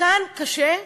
כאן קשה?